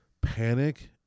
panic